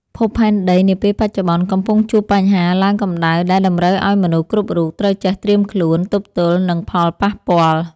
ភពផែនដីនាពេលបច្ចុប្បន្នកំពុងជួបបញ្ហាឡើងកម្ដៅដែលតម្រូវឱ្យមនុស្សគ្រប់រូបត្រូវចេះត្រៀមខ្លួនទប់ទល់នឹងផលប៉ះពាល់។